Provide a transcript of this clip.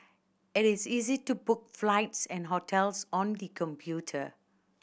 it is easy to book flights and hotels on the computer